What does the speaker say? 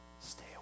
stay